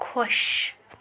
خۄش